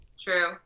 True